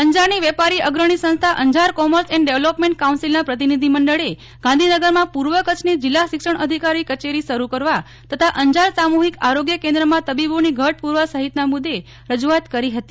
અંજારની વેપારી અગ્રણી સંસ્થા અંજાર કોમર્સ એન્ડ ડેવલોપમેન્ટ કાઉન્સિલના પ્રતિનિધિ મંડળે ગાંધીનગરમાં પૂર્વ કચ્છની જિલ્લા શિક્ષણાધિકારી કચેરી શરૂ કરવા તથા અંજાર સામૂહિક આરોગ્ય કેન્દ્રમાં તબીબોની ઘટ પૂરવા સહિતના મુદ્દે રજૂઆત કરી હતી